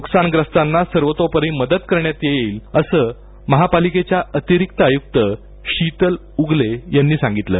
नुकसानग्रस्थांना सर्वतोपरी मदत करण्यात येईल अस महापालिकेच्या अतिरिक्त आयुक्त शितल उगले यांनी सांगितलं